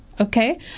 Okay